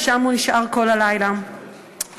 ושם הוא נשאר כל הלילה ושוחרר.